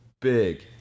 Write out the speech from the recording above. big